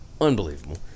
unbelievable